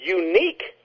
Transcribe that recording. unique